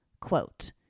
Quote